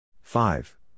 Five